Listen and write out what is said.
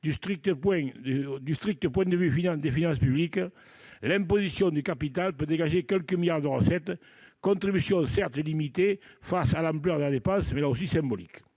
Du strict point de vue des finances publiques, l'imposition du capital peut dégager quelques milliards d'euros de recettes. C'est une contribution, certes, limitée face à l'ampleur de la dépense, mais, là aussi, symbolique.